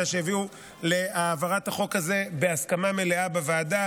שהביאו להעברת החוק הזה בהסכמה מלאה בוועדה,